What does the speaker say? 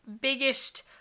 biggest